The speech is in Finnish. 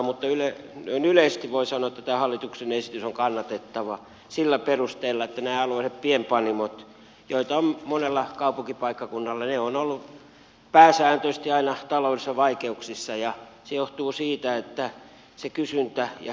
mutta noin yleisesti voin sanoa että tämä hallituksen esitys on kannatettava sillä perusteella että alueelliset pienpanimot joita on monella kaupunkipaikkakunnalla ovat olleet pääsääntöisesti aina taloudellisissa vaikeuksissa ja se johtuu kysynnästä ja oluen tekemisen hinnasta